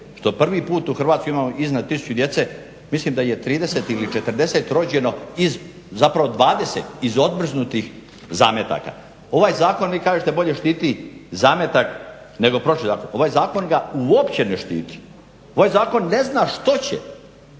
što prvi put u Hrvatskoj imamo iznad 1000 djece, mislim da ih je 30 ili 40 rođeno iz, zapravo 20 iz odmrznutih zametaka. Ovaj zakon, vi kažete bolje štiti zametak nego …/Govornik se ne razumije./… Ovaj zakon ga uopće ne štiti, ovaj zakon ne zna što će